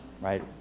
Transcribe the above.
Right